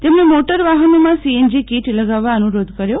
તેમણે મોટરવાફનોમાં CNG kit લગાવવા અ નુરીધ કર્યો